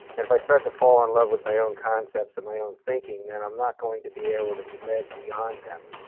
and if i start to fall in love with my own concepts and my own thinking then i'm not going to be able to be lead beyond them.